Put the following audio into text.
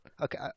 Okay